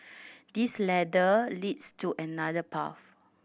this ladder leads to another path